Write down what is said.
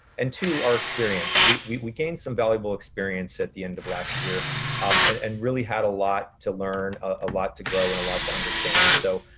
and two, our experience. we we gained some valuable experience at the end of last year and and really had a lot to learn, a lot to grow, and a lot to understand. so